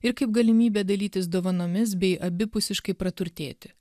ir kaip galimybė dalytis dovanomis bei abipusiškai praturtėti